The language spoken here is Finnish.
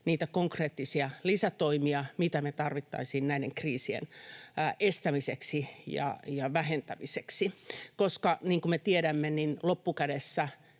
niitä konkreettisia lisätoimia, mitä me tarvittaisiin näiden kriisien estämiseksi ja vähentämiseksi, koska niin kuin me tiedämme, loppukädessä